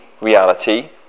reality